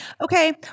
Okay